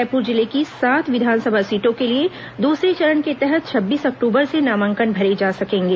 रायपुर जिले की सात विधानसभा सीटों के लिए दूसरे चरण के तहत छब्बीस अक्टूबर से नामांकन भरे जा सकेंगे